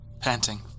panting